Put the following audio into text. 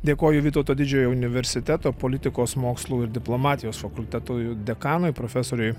dėkoju vytauto didžiojo universiteto politikos mokslų ir diplomatijos fakulteto dekanui profesoriui